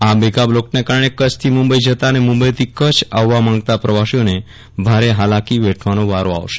આ મેગાબ્લોકના કારણો કચ્છથી મુંબઈ જતા અને મુંબઈથી કચ્છ આવતા પ્રવાસીઓને ભારે હાલાકી વેઠયાનો વારો આવશે